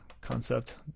concept